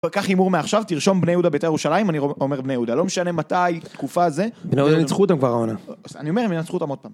קח הימור מעכשיו, תרשום בני יהודה בית"ר ירושלים, אני אומר בני יהודה, לא משנה מתי, תקופה, זה. בני יהודה ניצחו אותם כבר העונה. אני אומר הם ניצחו אותם עוד פעם